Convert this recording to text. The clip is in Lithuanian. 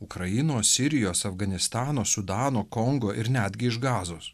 ukrainos sirijos afganistano sudano kongo ir netgi iš gazos